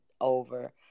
over